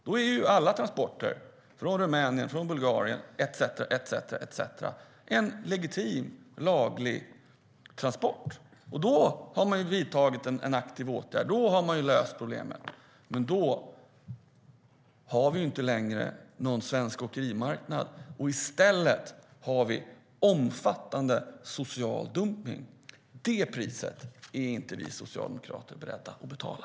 Då är alla transporter från Rumänien, Bulgarien etcetera en legitim laglig transport. Då har man vidtagit en aktiv åtgärd och löst problemet. Men då har vi inte längre någon svensk åkerimarknad. I stället har vi omfattande social dumpning. Det priset är inte vi socialdemokrater beredda att betala.